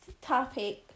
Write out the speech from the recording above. topic